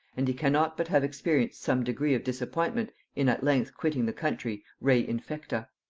and he cannot but have experienced some degree of disappointment in at length quitting the country, re infecta.